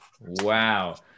Wow